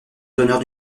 d’honneur